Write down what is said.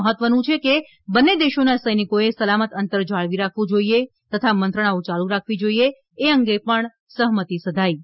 મહત્વનું છે કે બંન્ને દેશોનાં સૌનિકો એ સલામત અંતર જાળવી રાખવું જોઈએ તથા મંત્રણાઓ ચાલુ રાખવીં જોઈએ એ અંગે પણ સહમતી સધાઈ હતી